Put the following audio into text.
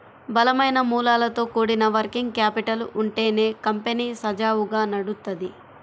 బలమైన మూలాలతో కూడిన వర్కింగ్ క్యాపిటల్ ఉంటేనే కంపెనీ సజావుగా నడుత్తది